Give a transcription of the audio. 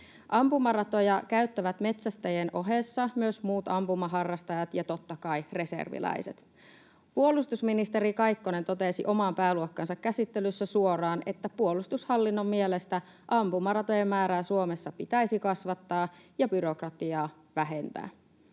Ampumaratoja käyttävät metsästäjien ohessa myös muut ampumaharrastajat ja totta kai reserviläiset. Puolustusministeri Kaikkonen totesi oman pääluokkansa käsittelyssä suoraan, että puolustushallinnon mielestä ampumaratojen määrää Suomessa pitäisi kasvattaa ja byrokratiaa vähentää